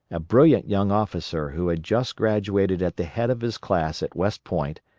a brilliant young officer who had just graduated at the head of his class at west point,